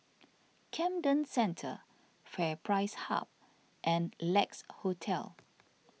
Camden Centre FairPrice Hub and Lex Hotel